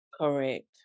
Correct